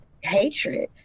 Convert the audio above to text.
hatred